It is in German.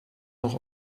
noch